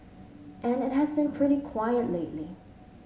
and it has been pretty quiet lately